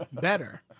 better